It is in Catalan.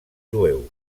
jueus